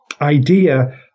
idea